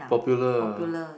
popular uh